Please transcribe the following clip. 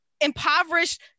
impoverished